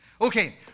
Okay